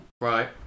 Right